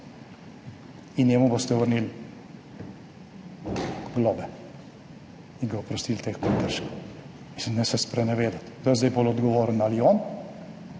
In njemu boste vrnili globe in ga oprostili teh prekrškov. Mislim, ne se sprenevedati. Kdo je zdaj bolj odgovoren, ali on